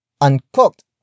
Uncooked